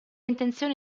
intenzione